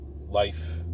life